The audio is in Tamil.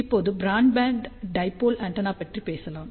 இப்போது பிராட்பேண்ட் டைபோல் ஆண்டெனா பற்றி பேசலாம்